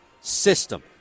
system